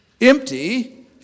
empty